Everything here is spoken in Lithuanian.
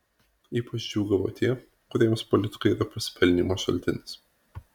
ypač džiūgavo tie kuriems politika yra pasipelnymo šaltinis